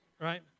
Right